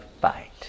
fight